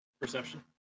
perception